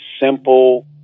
simple